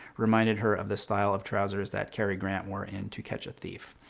reminded her of the style of trousers that cary grant wore in to catch a thief.